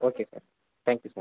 okay sir thank you sir